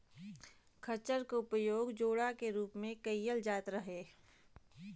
खच्चर क उपयोग जोड़ा के रूप में कैईल जात रहे